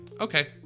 okay